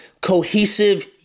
cohesive